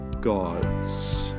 gods